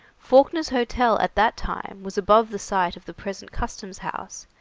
fawkner's hotel at that time was above the site of the present customs house,